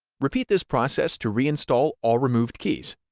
repeat this process to reinstall all removed keys.